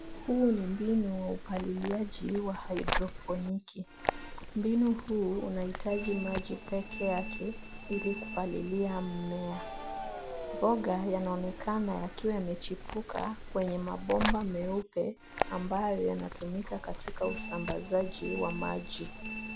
Huu ni mbinu wa upaliliaji wa haidroponiki. Mbinu huu unahitaji maji peke yake ili kupalilia mmea. Mboga yanaonekana yakiwa yamechipuka kwenye mabomba meupe, ambayo yanatumika katika usambazaji wa maji.